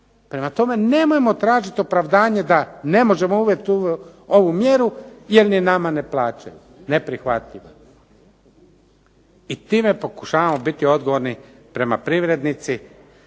Prema tome, nemojmo tražiti opravdanje da ne možemo uvesti ovu mjeru jer je nama ne .../Govornik se ne razumije./... neprihvatljiva. I time pokušavamo biti odgovorni prema privrednicima